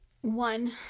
one